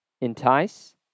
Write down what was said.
entice